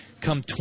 come